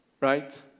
right